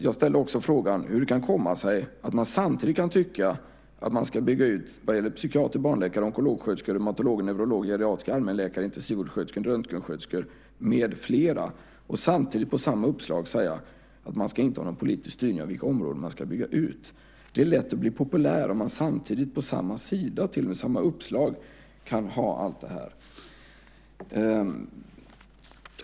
Jag ställde frågan hur det kan komma sig att man kan tycka att vi ska bygga ut vad gäller psykiatrer, barnläkare, onkologsköterskor, reumatologer, neurologer, allmänläkare, intensivsköterskor, röntgensköterskor med flera och samtidigt säga att vi inte ska ha någon politisk styrning av vilka områden som ska byggas ut. Det är lätt att bli populär om man på samma sida, till och med på samma uppslag, föreslår allt det här.